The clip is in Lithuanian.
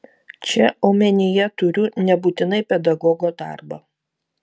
čia omenyje turiu nebūtinai pedagogo darbą